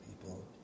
people